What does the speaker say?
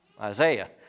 Isaiah